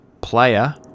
player